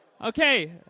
Okay